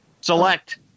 select